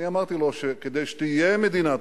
ולקטוף.